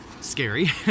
scary